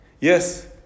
yes